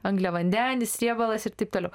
angliavandenis riebalas ir taip toliau